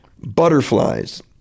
butterflies